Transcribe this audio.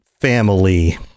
family